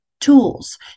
tools